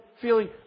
feeling